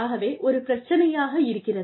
ஆகவே ஒரு பிரச்சனையாக இருக்கிறது